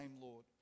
Lord